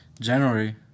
January